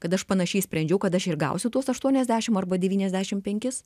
kad aš panašiai sprendžiau kad aš ir gausiu tuos aštuoniasdešimt arba devyniasdešimt penkis